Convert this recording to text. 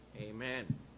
amen